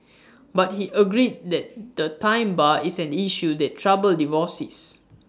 but he agreed that the time bar is an issue that troubles divorcees